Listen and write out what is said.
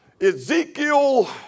Ezekiel